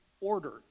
order